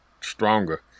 stronger